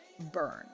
burn